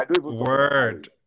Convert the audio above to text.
Word